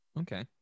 Okay